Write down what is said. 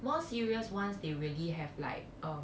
more serious ones they really have like